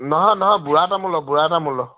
নহয় নহয় বুঢ়া তামোলৰ বুঢ়া তামোলৰ